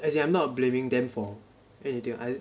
as in I'm not blaming them for anything I